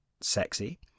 sexy